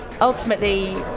ultimately